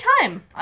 time